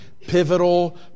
pivotal